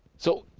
so,